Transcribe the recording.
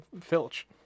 filch